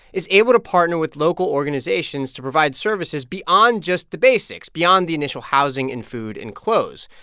is able to partner with local organizations to provide services beyond just the basics, beyond the initial housing and food and clothes.